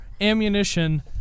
ammunition